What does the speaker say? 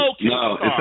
No